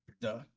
Duh